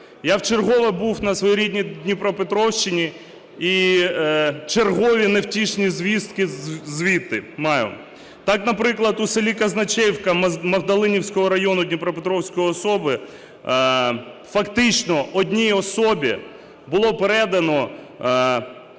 Я в чергове був на своїй рідній Дніпропетровщині і чергові невтішні звістки звідти маю. Так, наприклад, у селі Казхначеївка Магдалинівського району Дніпропетровської області фактично одній особі була передана